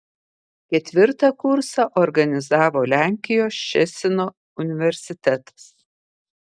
ketvirtą kursą organizavo lenkijos ščecino universitetas